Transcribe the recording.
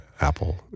Apple